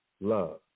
love